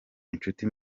inshuti